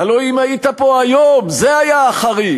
הלוא אם היית פה היום, זה היה החריג,